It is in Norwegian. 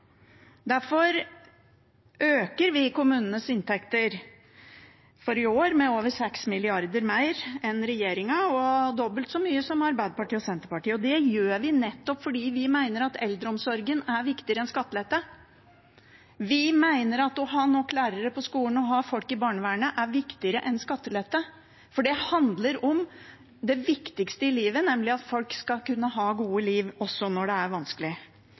Derfor øker vi kommunenes inntekter – for i år med over 6 mrd. kr mer enn regjeringen og dobbelt så mye som Arbeiderpartiet og Senterpartiet. Det gjør vi nettopp fordi vi mener at eldreomsorgen er viktigere enn skattelette. Vi mener at det å ha nok lærere på skolen og å ha folk i barnevernet er viktigere enn skattelette, for det handler om det viktigste i livet, nemlig at folk skal kunne ha et godt liv også når det er vanskelig,